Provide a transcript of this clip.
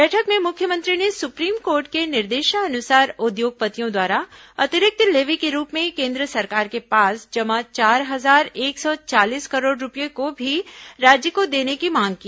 बैठक में मुख्यमंत्री ने सुप्रीम कोर्ट के निर्देशानुसार उद्योगपतियों द्वारा अतिरिक्त लेवी के रूप में केन्द्र सरकार के पास जमा चार हजार एक सौ चालीस करोड़ रूपये को भी राज्य को देने की मांग की